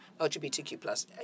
LGBTQ+